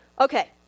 Okay